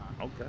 Okay